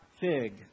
fig